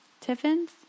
Tiffin's